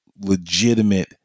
legitimate